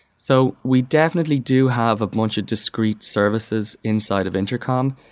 so we definitely do have a bunch of discrete services inside of intercom.